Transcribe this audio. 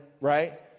right